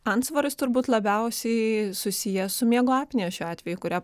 antsvoris turbūt labiausiai susiję su miego apnėjos šiuo atveju kurią